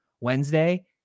Wednesday